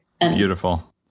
Beautiful